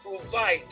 provide